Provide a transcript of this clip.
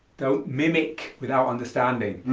don't mimic without understanding.